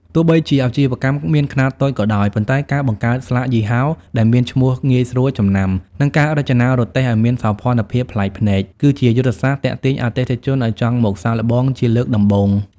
ទោះបីជាអាជីវកម្មមានខ្នាតតូចក៏ដោយ ប៉ុន្តែការបង្កើតស្លាកយីហោដែលមានឈ្មោះងាយស្រួលចំណាំ និងការរចនារទេះឱ្យមានសោភ័ណភាពប្លែកភ្នែក គឺជាយុទ្ធសាស្ត្រទាក់ទាញអតិថិជនឱ្យចង់មកសាកល្បងជាលើកដំបូង។